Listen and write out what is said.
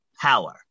power